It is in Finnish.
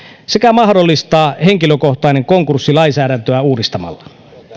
sekä mahdollistaa henkilökohtainen konkurssi lainsäädäntöä uudistamalla